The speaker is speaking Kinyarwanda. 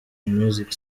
music